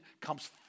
comes